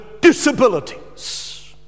disabilities